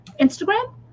instagram